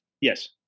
yes